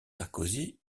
sarkozy